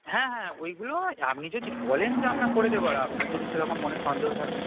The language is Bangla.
হ্যাঁ হ্যাঁ ওইগুলো হয় আপনি যদি বলেন যে আমরা করে দেবো আর আপনার যদি সেরকম মনে সন্দেহ থাকে